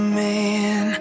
man